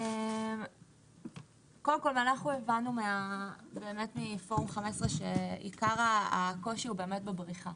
קודם כל, הבנו מפורום 15 שעיקר הקושי הוא בבריחה.